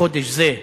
בחודש זה,